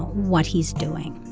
what he's doing.